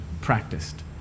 practiced